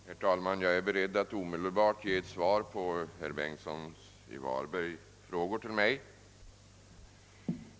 Herr talman! Jag är beredd att omedelbart ge svar på de frågor herr Bengtsson i Varberg ställt till mig.